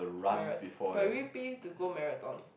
mara~ but will you pay to go marathon